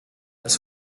elles